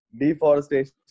deforestation